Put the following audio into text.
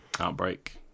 outbreak